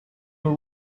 were